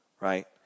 right